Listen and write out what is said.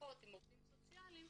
למשפחות ועובדים סוציאליים.